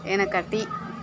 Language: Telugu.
వెనకటి